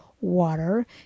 water